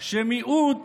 שמיעוט